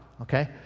okay